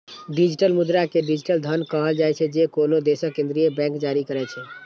digital मुद्रा कें digital धन कहल जाइ छै, जे कोनो देशक केंद्रीय बैंक जारी करै छै